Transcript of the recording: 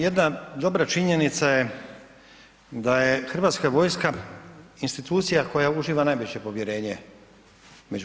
Jedna dobra činjenica je da je Hrvatska vojska institucija koja uživa najveće povjerenje među